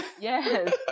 Yes